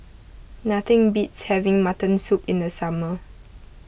nothing beats having Mutton Soup in the summer